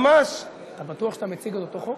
ממש, אתה בטוח שאתה מציג היום את החוק?